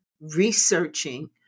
researching